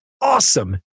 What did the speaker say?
awesome